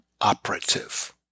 operative